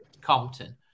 Compton